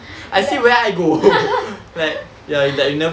like